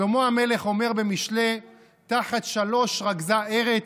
שלמה המלך אומר במשלי: "תחת שלוש רגזה ארץ"